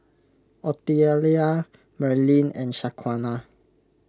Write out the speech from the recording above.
Otelia Merlyn and Shaquana